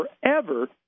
forever